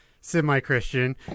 semi-Christian